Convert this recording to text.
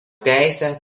teisę